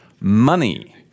money